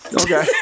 Okay